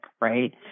right